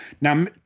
now